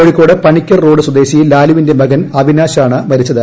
Kozhikode Panicker road സ്വദേശി ലാലുവിന്റെ മകൻ അവിനാശാണ് മരിച്ചത്